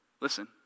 listen